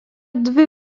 dvi